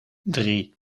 drie